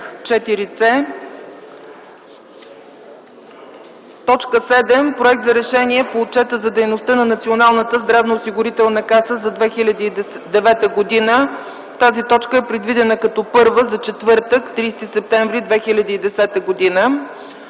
ІVС”. 7. Проект за Решение по отчета за дейността на Националната здравноосигурителна каса за 2009 г. Тази точка е предвидена като първа за четвъртък – 30 септември 2010 г.